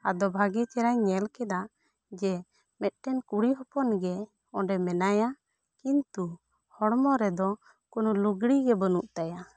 ᱟᱫᱚ ᱵᱷᱟᱹ ᱜᱤ ᱪᱮᱦᱨᱟ ᱧᱮᱞ ᱠᱮᱫᱟ ᱡᱮ ᱢᱤᱫ ᱴᱮᱱ ᱠᱩᱲᱤ ᱦᱚᱯᱚᱱ ᱜᱮ ᱚᱸᱰᱮ ᱢᱮᱱᱟᱭᱟ ᱠᱤᱱᱛᱩ ᱦᱚᱲᱢᱚ ᱨᱮᱫᱚ ᱠᱚᱱᱚ ᱞᱩᱜᱽᱲᱤᱜ ᱜᱤ ᱵᱟᱹᱱᱩᱜ ᱛᱟᱭᱟ